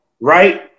right